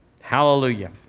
Hallelujah